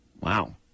Wow